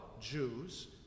Jews